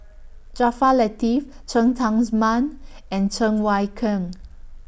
Jaafar Latiff Cheng Tsang Man and Cheng Wai Keung